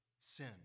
sin